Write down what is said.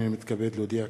הנני מתכבד להודיע,